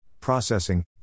processing